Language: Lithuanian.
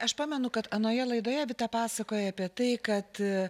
aš pamenu kad anoje laidoje vita pasakojai apie tai kad